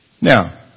Now